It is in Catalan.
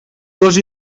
dos